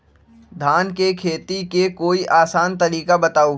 धान के खेती के कोई आसान तरिका बताउ?